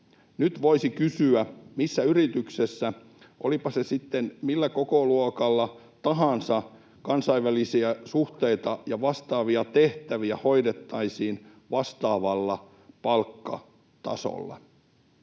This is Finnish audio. Nyt voisi kysyä, missä yrityksessä, olipa se sitten millä kokoluokalla tahansa, kansainvälisiä suhteita ja vastaavia tehtäviä hoidettaisiin vastaavalla palkkatasolla.